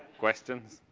questions?